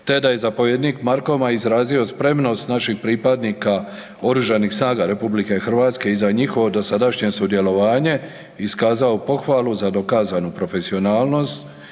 te da je zapovjednik Markoma izrazio spremnost naših pripadnika Oružanih snaga RH i za njihovo dosadašnje sudjelovanje iskazao pohvalu za dokazanu profesionalnost,